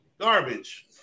Garbage